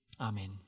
Amen